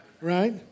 Right